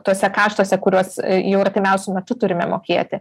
tuose kaštuose kuriuos jau artimiausiu metu turime mokėti